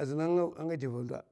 azina a nga ba anga adè va a ndo